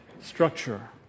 structure